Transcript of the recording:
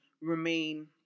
remain